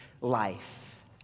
life